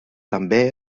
també